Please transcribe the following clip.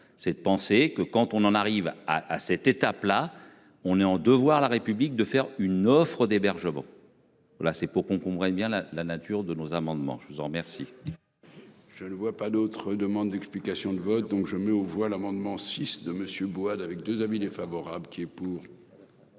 c'est de penser que quand on en arrive à à cette étape là, on est en devoir. La République de faire une offre d'hébergement. Là c'est pour qu'on comprenne bien la la nature de nos amendements. Je vous en remercie. Je ne vois pas d'autres demandes d'explications de vote, donc je mets aux voix l'amendement six de monsieur Bois-d'avec 2 avis défavorable qui est pour.